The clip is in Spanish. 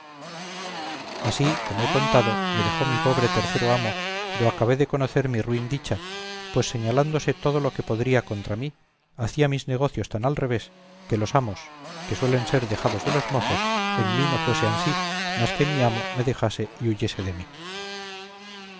así como he contado me dejó mi pobre tercero amo do acabé de conocer mi ruin dicha pues señalándose todo lo que podría contra mí hacía mis negocios tan al revés que los amos que suelen ser dejados de los mozos en mí no fuese ansí mas que mi amo me dejase y huyese de mí